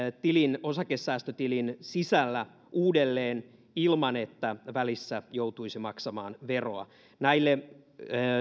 osakesäästötilin sisällä uudelleen ilman että välissä joutuisi maksamaan veroa näille